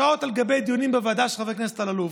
שעות על גבי שעות של דיונים בוועדה של חבר הכנסת אלאלוף,